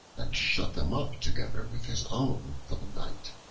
and shut them up together with his own for the night.